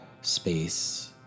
space